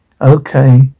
Okay